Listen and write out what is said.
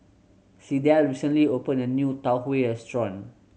Sydell recently opened a new Tau Huay restaurant